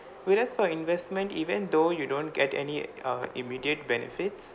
whereas for investment even though you don't get any uh immediate benefits